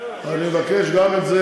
אני אבקש גם את זה,